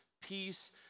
peace